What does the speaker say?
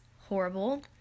horrible